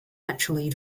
naturally